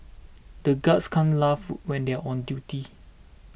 the guards can't laugh when they are on duty